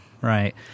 Right